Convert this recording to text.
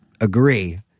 agree